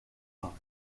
honour